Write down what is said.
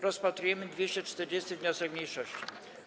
Rozpatrujemy 240. wniosek mniejszości.